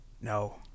No